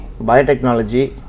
biotechnology